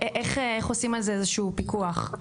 איך עושים על זה איזשהו פיקוח?